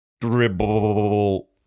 dribble